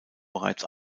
bereits